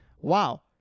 wow